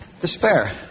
Despair